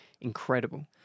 incredible